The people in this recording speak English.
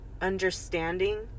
understanding